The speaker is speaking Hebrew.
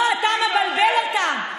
לא, אתה מבלבל אותם.